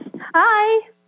Hi